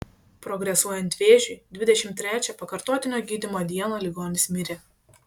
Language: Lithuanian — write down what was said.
progresuojant vėžiui dvidešimt trečią pakartotinio gydymo dieną ligonis mirė